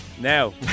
Now